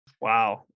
Wow